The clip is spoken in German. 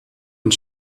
und